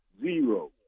Zero